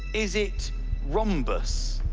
is it rhombus?